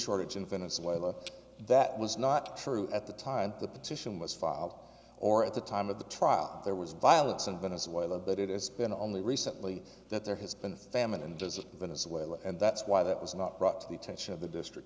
shortage in venezuela that was not true at the time the petition was filed or at the time of the trial there was violence in venezuela but it is been only recently that there has been a famine and disease venezuela and that's why that was not brought to the attention of the district